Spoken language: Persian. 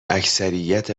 اکثریت